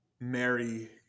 marry